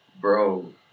bro